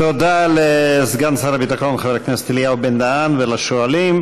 תודה לסגן שר הביטחון חבר הכנסת אלי בן-דהן ולשואלים.